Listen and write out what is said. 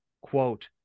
quote